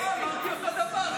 אמרתי אותו דבר.